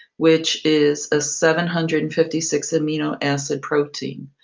which is a seven hundred and fifty six amino acid protein.